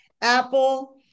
Apple